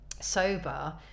sober